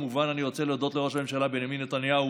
כמובן אני רוצה להודות לראש הממשלה בנימין נתניהו